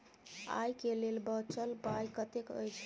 आइ केँ लेल बचल पाय कतेक अछि?